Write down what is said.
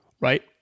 right